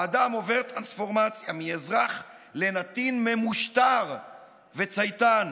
האדם עובר טרנספורמציה מאזרח לנתין ממושטר וצייתן.